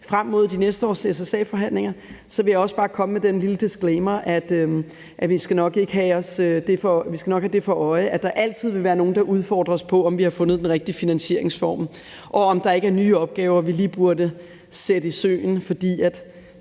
frem mod de næste års SSA-forhandlinger, så vil jeg også bare komme med den lille disclaimer, at vi nok skal have det for øje, at der altid vil være nogle, der udfordrer os på, om vi har fundet den rigtige finansieringsform, og om der ikke er nye opgaver, vi lige burde sætte i søen, fordi